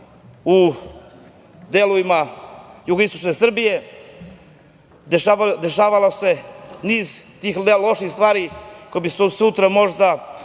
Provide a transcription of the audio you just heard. u delovima jugoistočne Srbije, dešavao se niz loših stvari koje se sutra možda